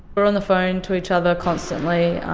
were on the phone to each other constantly,